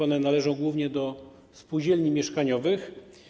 One należą głównie do spółdzielni mieszkaniowych.